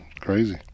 Crazy